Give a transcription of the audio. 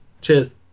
Cheers